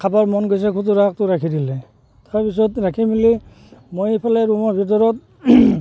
খাবৰ মন গৈছে খুতুৰা শাকটো ৰাখি দিলে তাৰপিছত ৰাখি মেলি মই ইফালে ৰুমৰ ভিতৰত